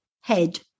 head